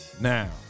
Now